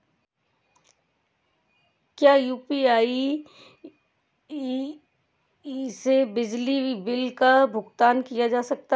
क्या यू.पी.आई से बिजली बिल का भुगतान किया जा सकता है?